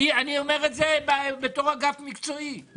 אני אומר את זה כאגף מקצועי.